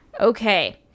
Okay